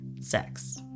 sex